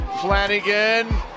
Flanagan